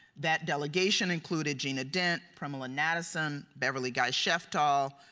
that delegation included gina dent, premilla nadasen, beverly guy-sheftall,